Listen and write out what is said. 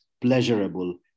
pleasurable